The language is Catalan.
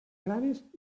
granes